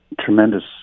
tremendous